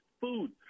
food